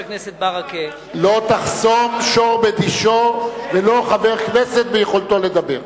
לא תחסום שור בדישו, ולא חבר כנסת ביכולתו לדבר.